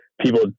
people